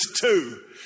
two